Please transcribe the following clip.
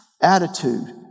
Attitude